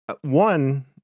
One